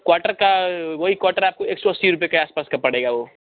quarter का वही quarter आपको एक सौ अस्सी के आस पास पड़ेगा वो